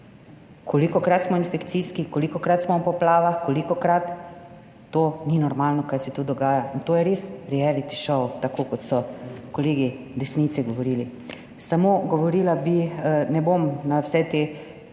Kolikokrat smo o infekcijski, kolikokrat smo o poplavah, kolikokrat? To ni normalno, kar se tu dogaja. In to je res reality show, tako kot so kolegi desnice govorili. Ne bom na vsa ta